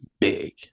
big